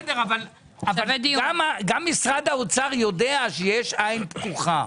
גם משרד האוצר יודע שיש עין פקוחה,